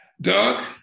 Doug